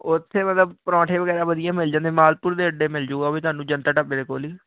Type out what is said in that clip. ਉਥੇ ਮਤਲਬ ਪਰੌਂਠੇ ਵਗੈਰਾ ਵਧੀਆ ਮਿਲ ਜਾਂਦੇ ਮਾਲਪੁਰ ਦੇ ਅੱਡੇ ਮਿਲ ਜਾਊਗਾ ਵੀ ਤੁਹਾਨੂੰ ਜਨਤਾ ਢਾਬੇ ਦੇ ਕੋਲ ਈ